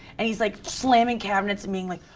and he's like slamming cabinets and being like,